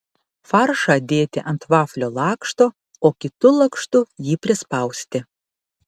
faršą dėti ant vaflio lakšto o kitu lakštu jį prispausti